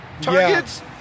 Target's